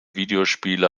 videospiele